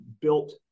built